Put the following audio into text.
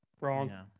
wrong